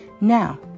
Now